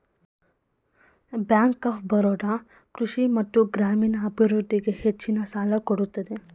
bank of Baroda ಕೃಷಿ ಮತ್ತು ಗ್ರಾಮೀಣ ಅಭಿವೃದ್ಧಿಗೆ ಹೆಚ್ಚಿನ ಸಾಲ ಕೊಡುತ್ತದೆ